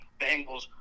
Bengals